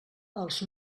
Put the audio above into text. els